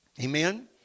Amen